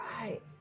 right